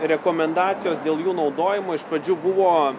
rekomendacijos dėl jų naudojimo iš pradžių buvo